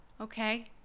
Okay